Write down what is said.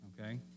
okay